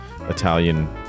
Italian